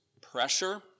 pressure